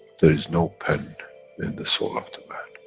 there is no pen in the soul of the man.